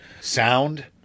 Sound